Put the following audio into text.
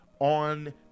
on